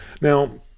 Now